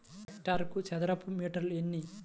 హెక్టారుకు చదరపు మీటర్లు ఎన్ని?